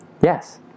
yes